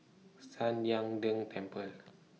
San Lian Deng Temple